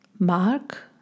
Mark